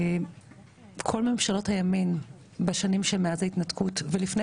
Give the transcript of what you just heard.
כל ממשלות הימין בשנים מאז ההתנתקות ולפני